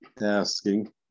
asking